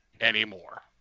anymore